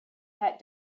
het